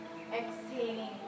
exhaling